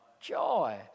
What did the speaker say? Joy